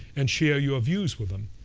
and share your views with them.